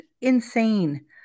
insane